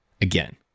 again